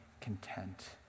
content